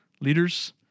leaders